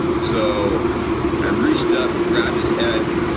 so i reached up, grabbed his head,